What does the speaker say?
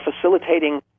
facilitating